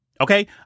Okay